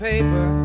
Paper